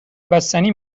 بستنی